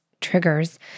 triggers